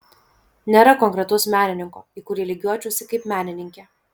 nėra konkretaus menininko į kurį lygiuočiausi kaip menininkė